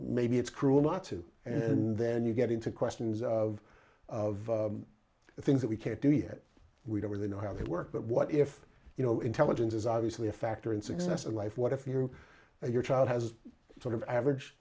maybe it's cruel not to and then you get into questions of of things that we can't do yet we don't really know how they work but what if you know intelligence is obviously a factor in success in life what if you or your child has sort of average